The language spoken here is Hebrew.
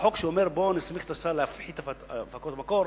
שהחוק שאומר: בואו נסמיך את השר להפחית הפקות מקור,